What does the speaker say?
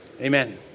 Amen